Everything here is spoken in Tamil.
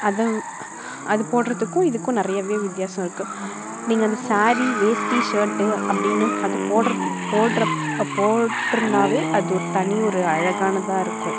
அதுவும் அது போடுறதுக்கும் இதுக்கும் நிறையாவே வித்தியாசம் இருக்குது நீங்கள் அந்த ஸாரீ வேஷ்டி சர்ட்டு அப்படின்னு அது போடுற போடுற போட்டுருந்தாலே அது ஒரு தனி ஒரு அழகானதாக இருக்கும்